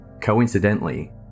Coincidentally